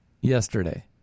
yesterday